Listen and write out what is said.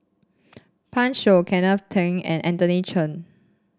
Pan Shou Kenneth Keng and Anthony Chen